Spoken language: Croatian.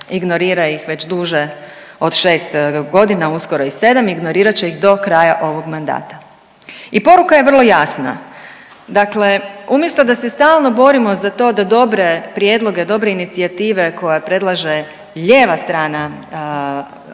ignorira ih već duže od šest godina, uskoro i sedam, ignorirat će ih do kraja ovog mandata. I poruka je vrlo jasna. Dakle, umjesto da se stalno borimo za to da dobre prijedloge, dobre inicijative koje predlaže lijeva strana sabornice